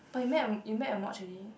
but you map your map your mods already